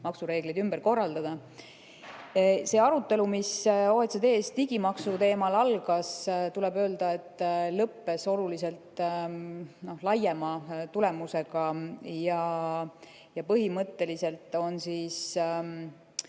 maksureegleid ümber korraldada. See arutelu, mis OECD-s digimaksu teemal algas, tuleb öelda, et lõppes oluliselt laiema tulemusega ja põhimõtteliselt on